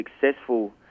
successful